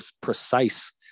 precise